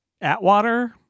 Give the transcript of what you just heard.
Atwater